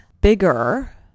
bigger